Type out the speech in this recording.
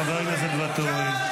חבר הכנסת ואטורי.